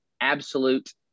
absolute